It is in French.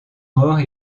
morts